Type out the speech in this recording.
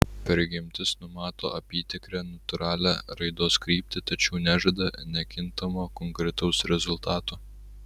prigimtis numato apytikrę natūralią raidos kryptį tačiau nežada nekintamo konkretaus rezultato